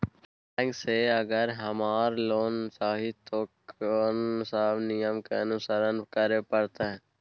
Bank से अगर हमरा लोन चाही ते कोन सब नियम के अनुसरण करे परतै?